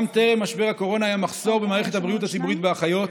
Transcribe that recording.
גם טרם משבר הקורונה היה מחסור במערכת הבריאות הציבורית באחיות.